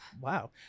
Wow